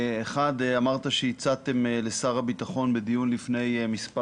אמרת שהצעתם לשר הביטחון בדיון לפני מספר